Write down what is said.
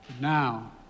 Now